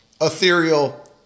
Ethereal